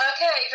Okay